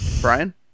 Brian